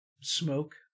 Smoke